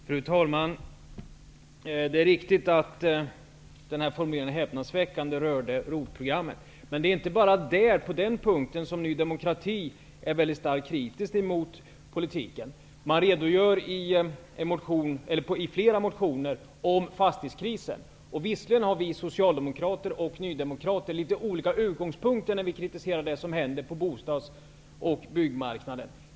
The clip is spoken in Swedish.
Fru talman! Det är riktigt att uttrycket häp nadsväckande rörde ROT-programmet. Men det är inte bara på den punkten som Ny demokrati är mycket starkt kritiska mot politiken. De redogör i flera motioner för fastighetskrisen. Vi socialdemokrater och ni nydemokrater har litet olika utgångspunkter när vi kritiserar det som händer på bostads och byggmarknaden.